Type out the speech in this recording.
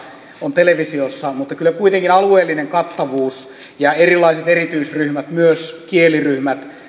on televisiossa mutta kyllä kuitenkin alueellinen kattavuus ja erilaiset erityisryhmät myös kieliryhmät